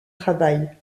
travail